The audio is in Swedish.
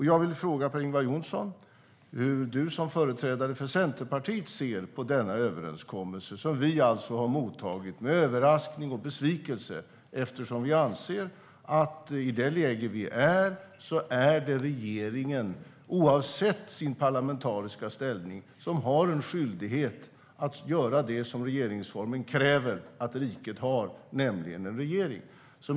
Jag vill fråga Per-Ingvar Johnsson hur han som företrädare för Centerpartiet ser på den överenskommelsen, som vi alltså har mottagit med överraskning och besvikelse eftersom vi anser att i det läge vi befinner oss är det regeringen, oavsett dess parlamentariska ställning, som har en skyldighet att göra det som regeringsformen kräver, nämligen ansvara för att riket har en regering.